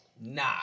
nah